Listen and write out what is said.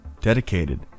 dedicated